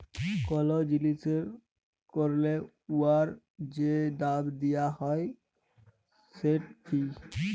call জিলিস ক্যরলে উয়ার যে দাম দিয়া হ্যয় সেট ফি